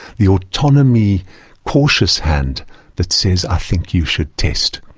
the autonomy cautious hand that says, i think you should test.